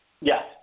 Yes